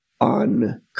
on